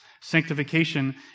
Sanctification